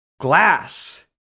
glass